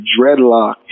dreadlock